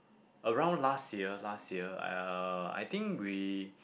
around last year last year uh I think we